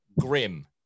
Grim